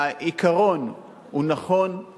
העיקרון הוא נכון,